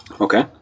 Okay